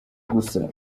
gusa